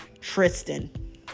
Tristan